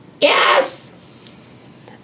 Yes